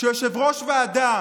כשיושב-ראש ועדה